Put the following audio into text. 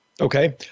Okay